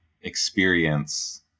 experience